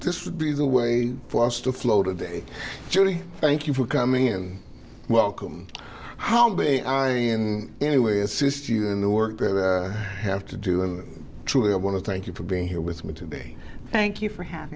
this would be the way for us to flow today judy thank you for coming in and welcome home day i am in any way assist you in the work that i have to do and truly i want to thank you for being here with me today thank you for ha